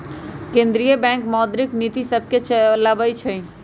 केंद्रीय बैंक मौद्रिक नीतिय सभके चलाबइ छइ